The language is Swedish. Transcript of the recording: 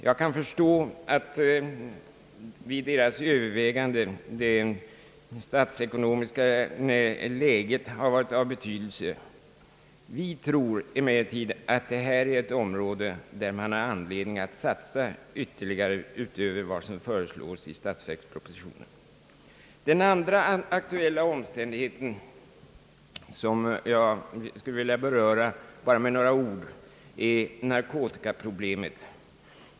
Jag kan förstå att det statsekonomiska läget har varit av betydelse vid avdelningens överväganden. Vi tror emellertid att det här är ett område där det finns anledning att satsa ytterligare utöver vad som föreslås i statsverkspropositionen. Den andra aktuella omständigheten, som jag skulle vilja beröra bara med några ord, är narkotikaproblemet.